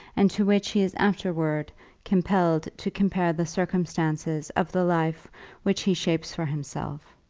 and to which he is afterwards compelled to compare the circumstances of the life which he shapes for himself.